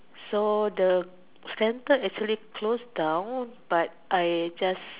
so the centre actually closed down but I just